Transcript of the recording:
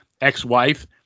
ex-wife